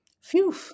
Phew